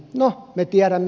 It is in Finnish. no me tiedämme